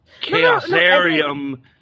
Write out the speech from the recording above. Chaosarium